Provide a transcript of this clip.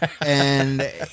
and-